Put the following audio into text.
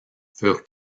furent